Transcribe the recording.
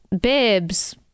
bibs